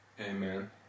Amen